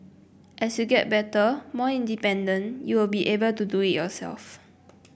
as you get better more independent you will be able to do it yourself